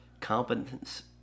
competence